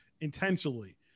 intentionally